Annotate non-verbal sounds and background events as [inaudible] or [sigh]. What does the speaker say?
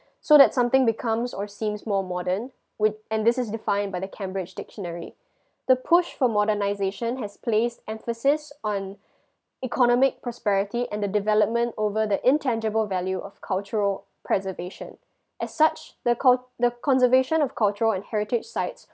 [breath] so that something becomes or seems more modern with and this is defined by the cambridge dictionary [breath] the push for modernization has placed emphasis on [breath] economic prosperity and the development over the intangible value of cultural preservation as such the cu~ the conservation of cultural and heritage sites